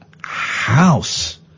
house